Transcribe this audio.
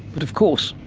but of course.